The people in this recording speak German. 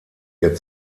ihr